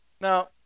Now